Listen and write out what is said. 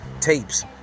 tapes